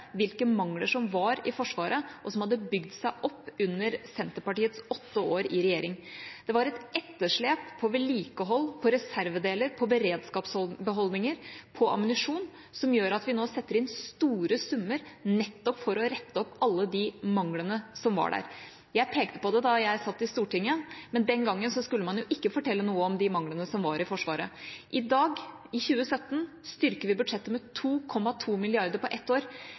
hvilke mangler som var i Forsvaret, og som hadde bygd seg opp under Senterpartiets åtte år i regjering. Det var et etterslep på vedlikehold, reservedeler, beredskapsbeholdninger, ammunisjon, som gjør at vi nå setter inn store summer nettopp for å rette opp alle de manglene som var der. Jeg pekte på det da jeg satt i Stortinget, men den gangen skulle man jo ikke fortelle noe om de manglene som var i Forsvaret. I dag, i 2017, styrker vi budsjettene med 2,2 mrd. kr på ett år.